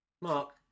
Mark